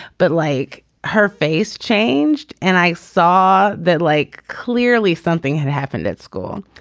but like her face changed and i saw that like clearly something had happened at school.